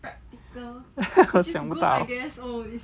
我想不到